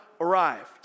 Arrived